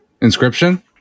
Inscription